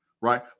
right